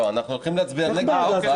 לא, אנחנו הולכים להצביע נגד ההצעה.